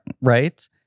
right